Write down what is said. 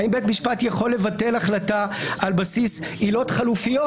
האם בית משפט יכול לבטל החלטה על בסיס עילות חלופיות,